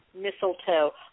mistletoe